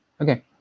Okay